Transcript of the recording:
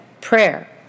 prayer